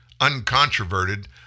uncontroverted